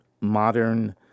modern